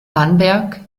bamberg